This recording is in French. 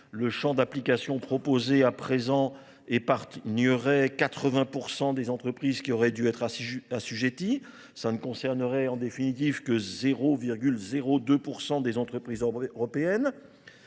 le champ d'application proposé à présent épargnerait 80% des entreprises qui auraient dû être assujetties. Cela ne concernerait en définitive que 0,02% des entreprises européennes.